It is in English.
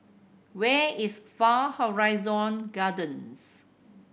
where is Far Horizon Gardens